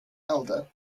elder